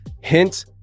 Hint